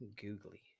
googly